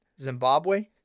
Zimbabwe